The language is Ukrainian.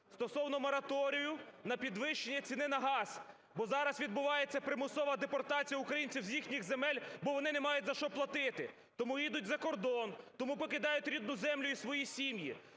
стосовно мораторію на підвищення ціни на газ. Бо зараз відбувається примусова депортація українців з їхніх земель, бо вони не мають за що платити, тому їдуть за кордон, тому покидають рідну землю і свої сім'ї.